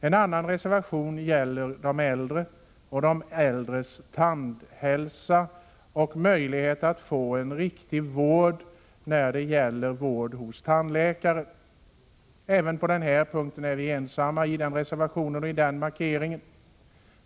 En annan reservation gäller äldres tandhälsa och deras möjlighet att få en riktig vård hos tandläkare. Även den reservationen är vi ensamma om.